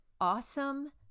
awesome